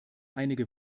einige